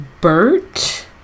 Bert